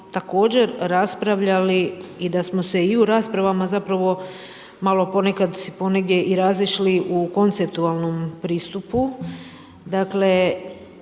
također raspravljali i da smo se i u raspravama zapravo malo ponekad ponegdje i razišli u konceptualnom pristupu. Dakle,